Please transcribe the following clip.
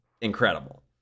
incredible